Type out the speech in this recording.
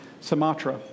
Sumatra